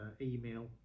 email